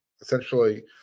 essentially